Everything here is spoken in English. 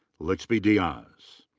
lixby diaz.